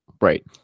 right